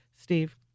Steve